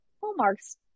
Hallmark's